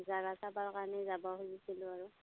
জাগা চাবৰ কাৰণে যাব খুজিছিলোঁ আৰু